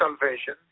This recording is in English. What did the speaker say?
salvation